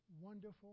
wonderful